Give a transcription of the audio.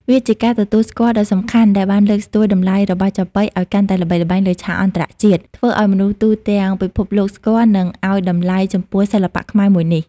វាជាការទទួលស្គាល់ដ៏សំខាន់ដែលបានលើកស្ទួយតម្លៃរបស់ចាប៉ីឱ្យកាន់តែល្បីល្បាញលើឆាកអន្តរជាតិ ធ្វើឱ្យមនុស្សទូទាំងពិភពលោកស្គាល់ និងឱ្យតម្លៃចំពោះសិល្បៈខ្មែរមួយនេះ។